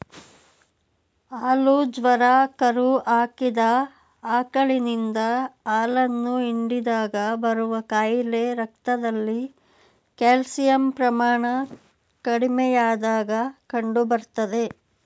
ಹಾಲು ಜ್ವರ ಕರು ಹಾಕಿದ ಆಕಳಿನಿಂದ ಹಾಲನ್ನು ಹಿಂಡಿದಾಗ ಬರುವ ಕಾಯಿಲೆ ರಕ್ತದಲ್ಲಿ ಕ್ಯಾಲ್ಸಿಯಂ ಪ್ರಮಾಣ ಕಡಿಮೆಯಾದಾಗ ಕಂಡುಬರ್ತದೆ